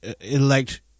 elect